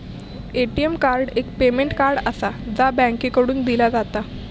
ATM card एक payment card आसा, जा बँकेकडसून दिला जाता